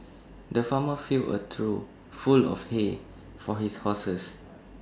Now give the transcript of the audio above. the farmer filled A trough full of hay for his horses